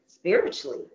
spiritually